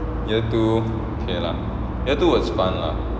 year two okay lah year two was fun lah